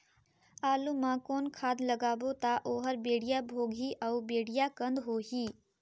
आलू मा कौन खाद लगाबो ता ओहार बेडिया भोगही अउ बेडिया कन्द होही?